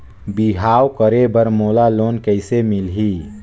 बिहाव करे बर मोला लोन कइसे मिलही?